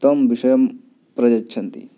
तं विषयं प्रयच्छन्ति